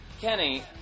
Kenny